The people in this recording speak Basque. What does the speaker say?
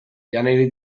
janari